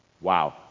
Wow